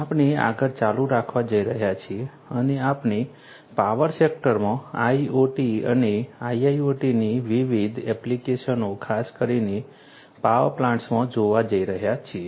આપણે આગળ ચાલુ રાખવા જઈ રહ્યા છીએ અને આપણે પાવર સેક્ટરમાં IoT અને IIoTની વિવિધ એપ્લિકેશનો ખાસ કરીને પાવર પ્લાન્ટ્સમાં જોવા જઈ રહ્યા છીએ